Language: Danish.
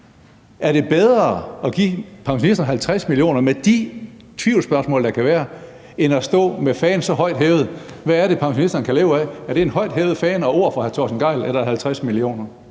Er det bedre at give pensionisterne 50 mio. kr. med de tvivlsspørgsmål, der kan være, end at stå med fanen så højt hævet? Hvad er det, pensionisterne kan leve af? Er det en højt hævet fane og ord fra hr. Torsten Gejl, eller